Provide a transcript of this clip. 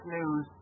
News